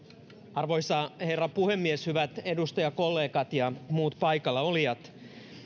arvoisa herra puhemies hyvät edustajakollegat ja muut paikallaolijat